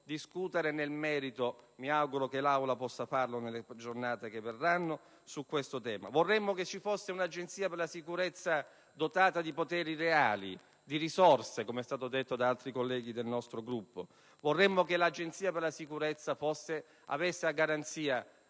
su questo tema e mi auguro che l'Aula possa farlo nelle giornate che verranno. Vorremmo ci fosse un'Agenzia per la sicurezza dotata di poteri reali, di risorse, come è stato detto da altri colleghi del nostro Gruppo; vorremmo che l'Agenzia per la sicurezza avesse a garanzia